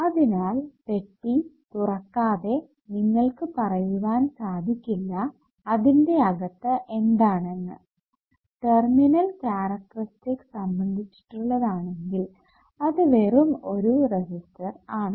അതിനാൽ പെട്ടി തുറക്കാതെ നിങ്ങൾക്കു പറയുവാൻ സാധിക്കില്ല അതിന്റെ അകത്തു എന്താണെന്ന് ടെർമിനൽ കാരക്ടറിസ്റ്റിക്സ് സംബന്ധിച്ചിട്ടുള്ളതാണെങ്കിൽ അത് വെറും ഒരു റെസിസ്റ്റർ ആണ്